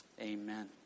Amen